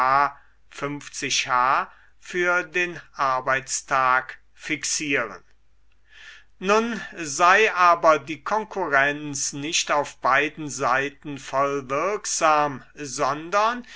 h für den arbeitstag fixieren nun sei aber die konkurrenz nicht auf beiden seiten vollwirksam sondern